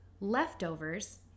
leftovers